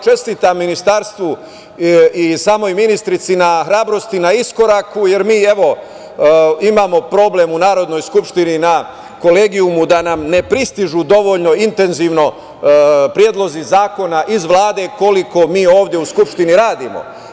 Čestitam ministarstvu i samoj ministrici na hrabrosti na iskoraku, jer mi, evo, imamo problem u Narodnoj skupštini na kolegijumu da nam ne pristižu dovoljno intenzivno predlozi zakona iz Vlade koliko mi ovde u Skupštini radimo.